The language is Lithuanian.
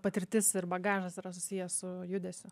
patirtis ir bagažas yra susiję su judesiu